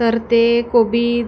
तर ते कोबी